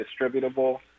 distributable